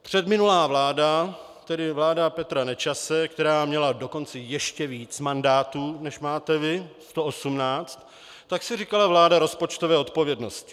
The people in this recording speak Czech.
Předminulá vláda, tedy vláda Petra Nečase, která měla dokonce ještě víc mandátů, než máte vy, 118, si říkala vláda rozpočtové odpovědnosti.